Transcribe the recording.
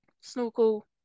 snorkel